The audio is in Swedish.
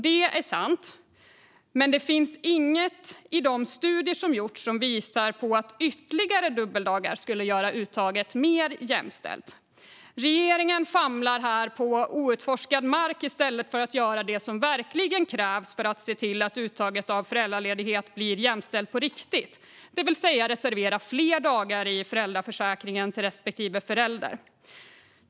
Det är sant. Men det finns inget i de studier som gjorts som visar på att ytterligare dubbeldagar skulle göra uttaget mer jämställt. Regeringen famlar på outforskad mark i stället för att göra det som verkligen krävs för att se till att uttaget av föräldraledighet blir jämställt på riktigt, det vill säga reservera fler dagar i föräldraförsäkringen för respektive förälder.